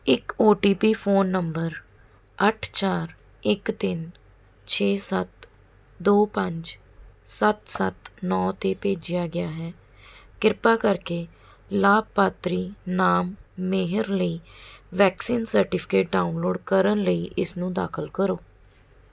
ਇੱਕ O T P phone number ਅੱਠ ਚਾਰ ਇੱਕ ਤਿੰਨ ਛੇ ਸੱਤ ਦੋ ਪੰਜ ਸੱਤ ਸੱਤ ਨੌ 'ਤੇ ਭੇਜਿਆ ਗਿਆ ਹੈ ਕਿਰਪਾ ਕਰਕੇ ਲਾਭਪਾਤਰੀ ਨਾਮ ਮੇਹਰ ਲਈ ਵੈਕਸੀਨ ਸਰਟੀਫਿਕੇਟ ਡਾਊਨਲੋਡ ਕਰਨ ਲਈ ਇਸਨੂੰ ਦਾਖਲ ਕਰੋ